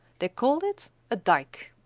they called it a dyke.